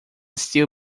still